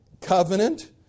covenant